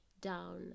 down